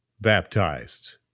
baptized